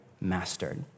mastered